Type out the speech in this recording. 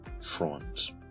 front